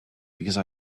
because